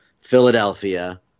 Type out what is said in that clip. Philadelphia